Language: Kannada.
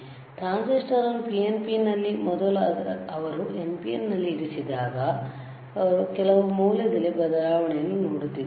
ಟ್ರಾನ್ಸಿಸ್ಟರ್ ಅನ್ನು PNP ನಲ್ಲಿ ಮೊದಲು ಅವರು NPN ನಲ್ಲಿ ಇರಿಸಿದಾಗ ಅವರು ಕೆಲವು ಮೌಲ್ಯದಲ್ಲಿ ಬದಲಾವಣೆಯನ್ನು ನೋಡುತ್ತಿದ್ದರು